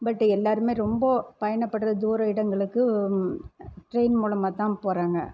but எல்லாேருமே ரொம்ப பயணப்படுகிற தூர இடங்களுக்கு ட்ரெயின் மூலமாகத்தான் போகிறாங்க